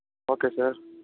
okay sir